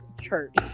church